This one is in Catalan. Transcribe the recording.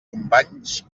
companys